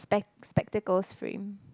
spec~ spectacles frame